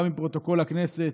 גם לפרוטוקול הכנסת,